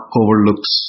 overlooks